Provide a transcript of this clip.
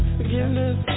forgiveness